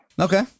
Okay